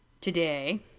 today